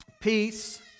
peace